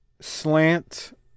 slant